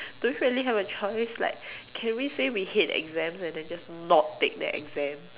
don't really have a choice like can we say we hate exams and then just not take the exam